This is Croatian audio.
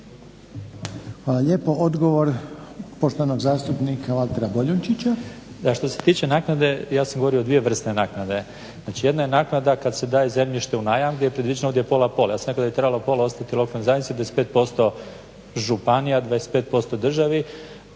Hvala lijepo. Odgovor poštovanog zastupnika Valtera Boljunčića. **Boljunčić, Valter (IDS)** Da što se tiče naknade ja sam govorio o dvije vrste naknade. Znači jedna je naknada kad se daje zemljište u najam gdje je predviđeno ovdje pola pola. Ja sam rekao da bi trebalo pola ostati u lokalnoj zajednici, 25% županiji a 25% državi.